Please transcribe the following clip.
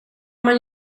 man